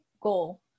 goal